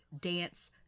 dance